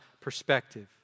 perspective